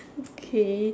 okay